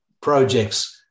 projects